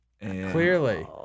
Clearly